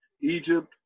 Egypt